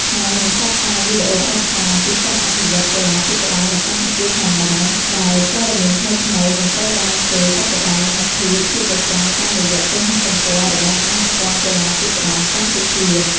ហើយនឺងផ្សព្វផ្សាយវីដេអូឯកសារអំពីការអភិវឌ្ឍន៍កីឡាទូកក្ដោងនៅកម្ពុជាផងដែរ ដែលព័ត៌មានថ្មីៗនឹងត្រូវបានធ្វើបច្ចុប្បន្នភាពជាប្រចាំតាមរយៈគេហទំព័ររបស់ សហព័ន្ធកីឡាទូកក្ដោងកម្ពុជា។